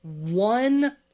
one